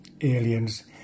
aliens